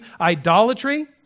idolatry